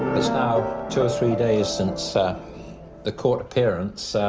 now two or three days since ah the court appearance.